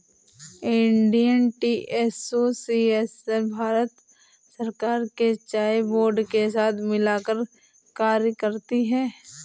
Indian tea association Bharat सरकार के चाय बोर्ड के साथ मिलकर कार्य करती है